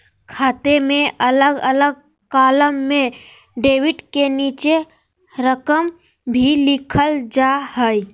खाते में अलग अलग कालम में डेबिट के नीचे रकम भी लिखल रहा हइ